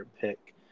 pick